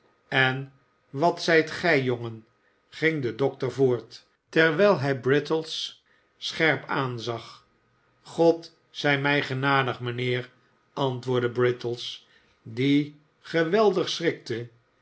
en wat zijt gij jongen ging de dokter voort terwijl hij britt es scherp aanzag god zij mij genadig mijnheer antwoordde brittles die geweldig schrikte